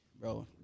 Bro